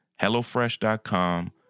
HelloFresh.com